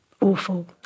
awful